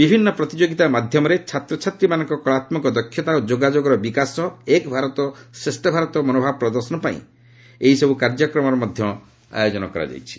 ବିଭିନ୍ନ ପ୍ରତିଯୋଗିତା ମାଧ୍ୟମରେ ଛାତ୍ରଛାତ୍ରୀମାନଙ୍କ କଳାତ୍ଲକ ଦକ୍ଷତା ଓ ଯୋଗାଯୋଗର ବିକାଶ ସହ ଏକ୍ ଭାରତ ଶ୍ରେଷ୍ଠ ଭାରତ ମନୋଭାବ ପ୍ରଦର୍ଶନ ପାଇଁ ଏହିସବୁ କାର୍ଯ୍ୟକ୍ରମର ମଧ୍ୟ ଆୟୋଜନ କରାଯାଇଛି